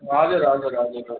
हजुर हजुर हजुर हजुर